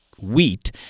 wheat